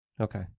Okay